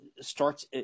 starts